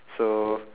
so